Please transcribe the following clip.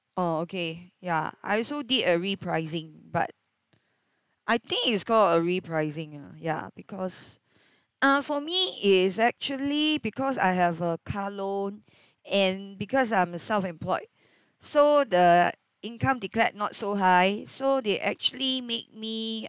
oh okay ya I also did a repricing but I think it's called a repricing ah ya because uh for me is actually because I have a car loan and because I'm self-employed so the income declared not so high so they actually made me